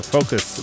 focus